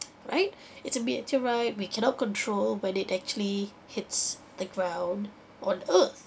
right it's a meteorite we cannot control when it actually hits the ground on earth